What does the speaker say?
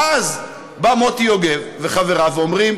ואז באים מוטי יוגב וחבריו ואומרים: